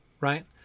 right